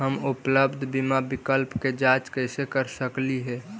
हम उपलब्ध बीमा विकल्प के जांच कैसे कर सकली हे?